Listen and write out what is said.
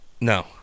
no